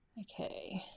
okay.